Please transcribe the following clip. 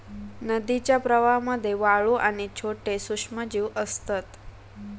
नदीच्या प्रवाहामध्ये वाळू आणि छोटे सूक्ष्मजीव असतत